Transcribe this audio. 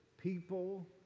people